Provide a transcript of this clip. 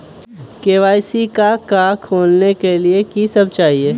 KYC का का खोलने के लिए कि सब चाहिए?